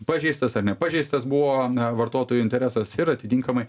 pažeistas ar nepažeistas buvo vartotojo interesas ir atitinkamai